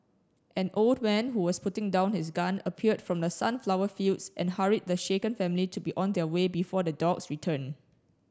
an old man who was putting down his gun appeared from the sunflower fields and hurried the shaken family to be on their way before the dogs return